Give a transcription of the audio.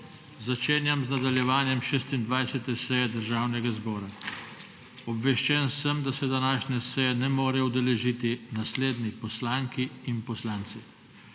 Začenjam nadaljevanje 26. seje Državnega zbora. Obveščen sem, da se današnje seje ne morejo udeležiti naslednji poslanki in poslanci: